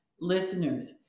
listeners